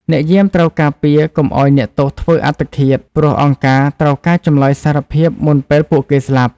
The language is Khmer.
អ្នកយាមត្រូវការពារកុំឱ្យអ្នកទោសធ្វើអត្តឃាត ព្រោះអង្គការត្រូវការចម្លើយសារភាពមុនពេលពួកគេស្លាប់។